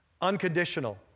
unconditional